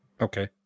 Okay